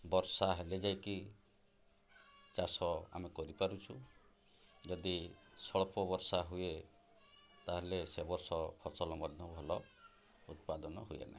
ବର୍ଷା ହେଲେ ଯାଇକି ଚାଷ ଆମେ କରିପାରୁଛୁ ଯଦି ସ୍ୱଳ୍ପ ବର୍ଷା ହୁଏ ତା'ହେଲେ ସେ ବର୍ଷ ଫସଲ ମଧ୍ୟ ଭଲ ଉତ୍ପାଦନ ହୁଏ ନାହିଁ